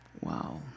Wow